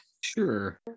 Sure